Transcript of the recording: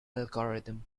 algorithm